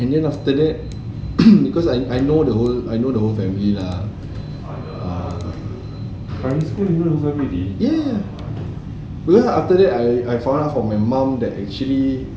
and then after that because I I know the whole I know the whole family lah yeah because after that I I found out from my mum that actually